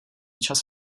čas